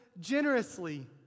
generously